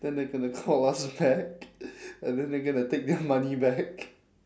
then they're gonna call us back and then they're gonna take their money back